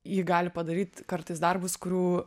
ji gali padaryt kartais darbus kurių